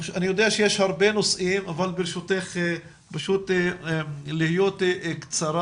אני יודע שיש הרבה נושאים אבל ברשותך אשמח אם דברייך יהיו קצרים.